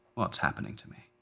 what is happening to me?